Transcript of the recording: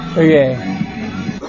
Okay